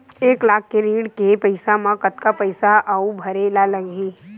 एक लाख के ऋण के पईसा म कतका पईसा आऊ भरे ला लगही?